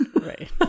Right